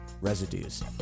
residues